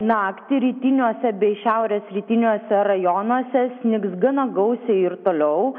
naktį rytiniuose bei šiaurės rytiniuose rajonuose snigs gana gausiai ir toliau